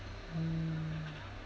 mm